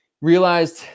realized